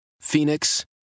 Phoenix